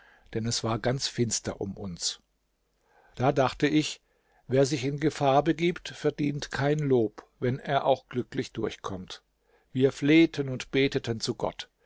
denn es war ganz finster um uns da dachte ich wer sich in gefahr begibt verdient kein lob wenn er auch glücklich durchkommt wir flehten und beteten zu gott